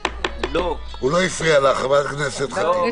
הוא לא הפריע לך, חברת הכנסת ח'טיב.